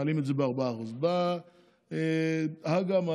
מעלים ב-4%; באים הג"א,